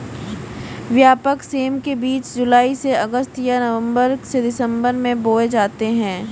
व्यापक सेम के बीज जुलाई से अगस्त या नवंबर से दिसंबर में बोए जाते हैं